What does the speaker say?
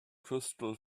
crystal